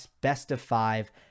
best-of-five